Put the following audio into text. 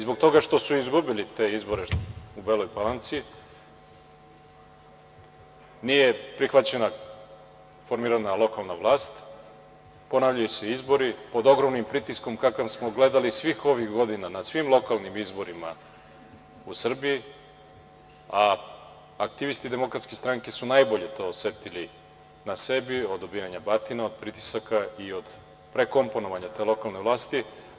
Zbog toga što su izgubili te izbore u Beloj Palanci nije prihvaćena formirana lokalna vlast, ponavljaju se izbori pod ogromnim pritiskom kakav smo gledali svih ovih godina na svim lokalnim izborima u Srbiji, a aktivisti Demokratske stranke su najbolje to osetili na sebi, od dobijanja batina, od pritisaka i od prekomponovanja te lokalne vlasti.